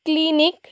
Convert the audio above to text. clinic